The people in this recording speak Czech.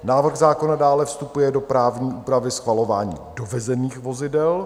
Návrh zákona dále vstupuje do právní úpravy schvalování dovezených vozidel.